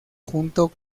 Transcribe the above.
junto